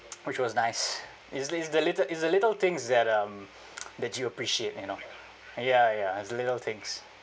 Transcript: which was nice it's the it is the little things that um that you appreciate you know ya ya the little things